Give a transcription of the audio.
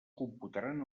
computaran